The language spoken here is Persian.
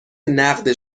نقد